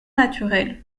naturel